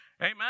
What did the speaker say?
Amen